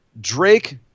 Drake